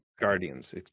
Guardians